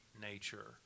nature